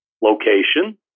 location